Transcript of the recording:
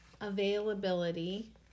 availability